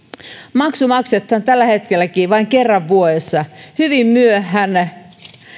maksu maksetaan tällä hetkelläkin vain kerran vuodessa hyvin myöhään